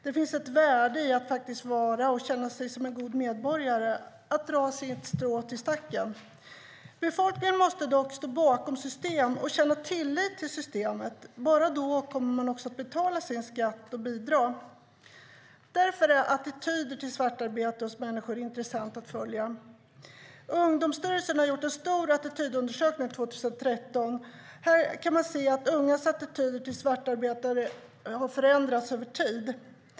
Det finns ett värde i att faktiskt vara och känna sig som en god medborgare - att dra sitt strå till stacken. Befolkningen måste dock stå bakom systemet och känna tillit till systemet. Bara då kommer man också att betala sin skatt och bidra. Därför är attityder till svartarbete hos människor intressant att följa. Ungdomsstyrelsen har gjort en stor attitydundersökning under 2013. Här kan man se att ungas attityder till svartarbete har förändrats över tid.